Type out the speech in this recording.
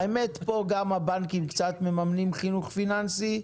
האמת היא שפה גם הבנקים קצת ממנים חינוך פיננסי,